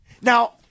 Now